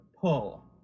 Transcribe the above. pull